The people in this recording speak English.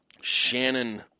Shannon